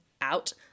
out